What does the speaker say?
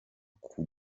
uku